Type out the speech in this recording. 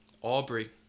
Aubrey